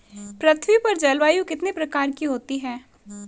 पृथ्वी पर जलवायु कितने प्रकार की होती है?